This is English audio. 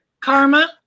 Karma